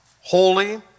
holy